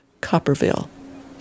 Copperville